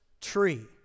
tree